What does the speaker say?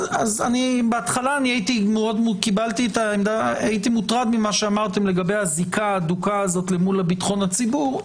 בהתחלה היחתי מוטרד מה שאמרתם לגבי הזיקה ההדוקה למול ביטחון הציבור.